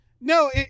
no